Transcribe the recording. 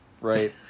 right